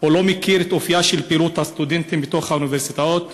או לא מכיר את אופייה של פעילות הסטודנטים בתוך האוניברסיטאות.